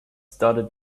started